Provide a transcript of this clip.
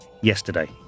yesterday